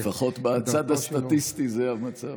אתה יודע, לפחות בצד הסטטיסטי זה המצב.